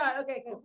Okay